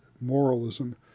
moralism